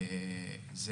זה